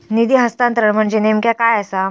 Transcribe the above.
निधी हस्तांतरण म्हणजे नेमक्या काय आसा?